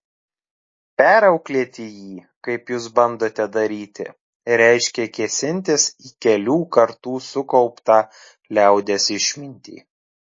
perauklėti jį kaip jūs bandote daryti reiškia kėsintis į kelių kartų sukauptą liaudies išmintį